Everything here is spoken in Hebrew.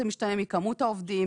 זה משתנה מכמות העובדים,